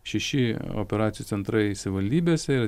šeši operacijų centrai savivaldybėse